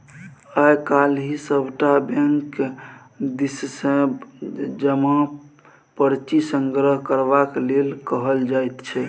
आय काल्हि सभटा बैंक दिससँ जमा पर्ची संग्रह करबाक लेल कहल जाइत छै